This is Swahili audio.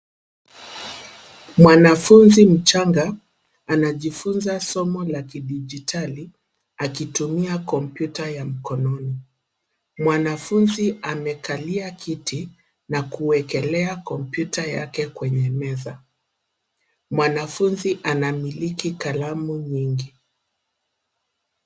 Mwanafunzi mchanga anajifunza somo la kidijitali akitumia komputa ya mkononi. Mwanafunzi amekalia kiti na kuwekelea komputa yake kwenye meza mwanafunzi anamiliki kalamu nyingi.